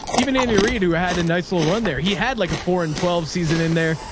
even andy reed who had a nice little run there, he had like a four and twelve season in there.